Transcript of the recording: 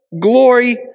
glory